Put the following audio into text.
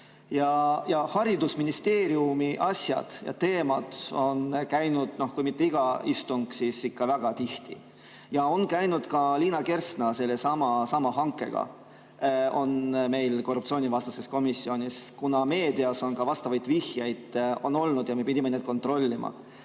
ja haridusministeeriumi asjad ja teemad on meil läbi käinud kui mitte iga istung, siis ikka väga tihti. Ja on käinud ka Liina Kersna sellesama hankega meil korruptsioonivastases komisjonis, kuna meedias on vastavaid vihjeid olnud ja me pidime neid kontrollima.